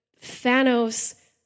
Thanos